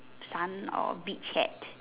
sun or beach hat